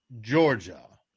Georgia